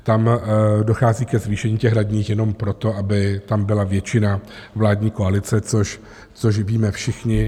Tam dochází ke zvýšení těch radních jenom proto, aby tam byla většina vládní koalice, což víme všichni.